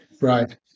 right